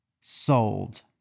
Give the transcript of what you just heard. sold